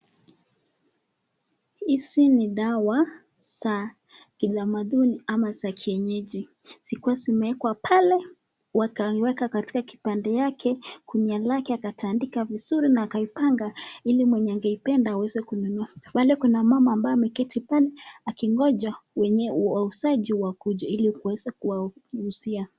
Hizi ni dawa za kitamaduni ama kienyeji, zikiwa zimewekwa pale wakaiweka katika kipande yake. Gunia lake akatandika vizuri na akaipanga ili mwenye angeipenda aweze kununua. Wale kuna mama ambaye ameketi pale akingoja wenye wauzaji wakuje ili kuweze kuwauzia.